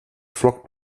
flockt